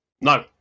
No